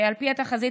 על פי התחזית,